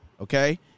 Okay